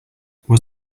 was